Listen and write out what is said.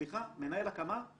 מנהל הקמה,